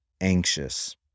anxious